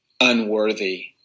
unworthy